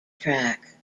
track